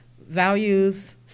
values